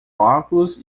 óculos